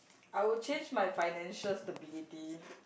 I would change my financial stability